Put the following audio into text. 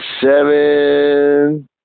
seven